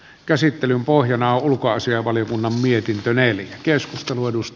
käsittelyn pohjana on ulkoasiainvaliokunnan mietintö